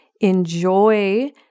Enjoy